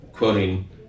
Quoting